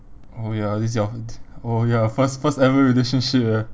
oh ya this is your oh ya first first ever relationship eh